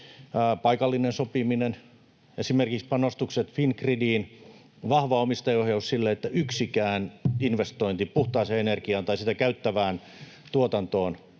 paikallinen sopiminen. Esimerkiksi panostukset Fingridiin, vahva omistajaohjaus sille, että yksikään investointi puhtaaseen energiaan tai sitä käyttävään tuotantoon